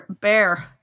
Bear